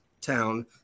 town